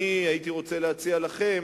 הייתי רוצה להציע לכם: